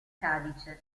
cadice